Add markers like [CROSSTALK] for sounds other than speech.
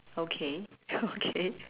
okay okay [LAUGHS]